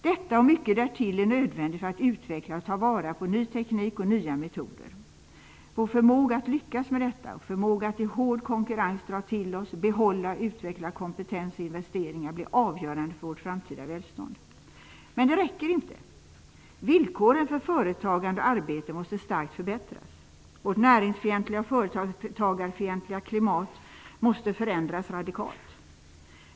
Detta och mycket därtill är nödvändigt för att utveckla och ta vara på ny teknik och nya metoder. Vår förmåga att lyckas med detta och vår förmåga att i hård konkurrens dra till oss, behålla och utveckla kompetens och investeringar blir avgörande för vårt framtida välstånd. Men det räcker inte. Villkoren för företagande och arbete måste starkt förbättras. Vårt näringsfientliga och företagarfientliga klimat måste förändras radikalt.